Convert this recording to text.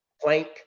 plank